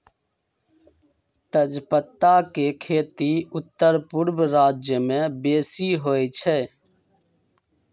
तजपत्ता के खेती उत्तरपूर्व राज्यमें बेशी होइ छइ